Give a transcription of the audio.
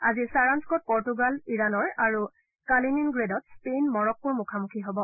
আজি ছাৰানস্বত পৰ্টুগাল ইৰাণৰ আৰু কালিনিনগ্ৰেডত স্পেইন মৰক্কোৰ মুখামুখি হব